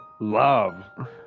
love